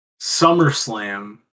SummerSlam